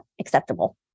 acceptable